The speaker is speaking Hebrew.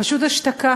פשוט השתקה.